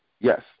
Yes